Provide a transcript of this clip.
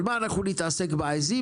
אבל מה, אנחנו נתעסק בעיזים?